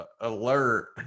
alert